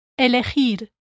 elegir